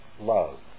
love